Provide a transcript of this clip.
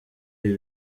ibi